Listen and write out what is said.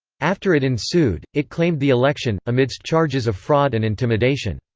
after it ensued, it claimed the election, amidst charges of fraud and intimidation.